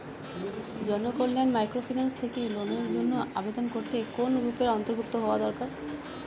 Janakalyan microfinance থেকে লোনের জন্য আবেদন করতে কোন গ্রুপের অন্তর্ভুক্ত হওয়া দরকার?